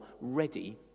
ready